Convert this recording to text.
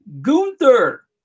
Gunther